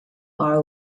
are